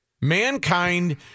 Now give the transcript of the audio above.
Mankind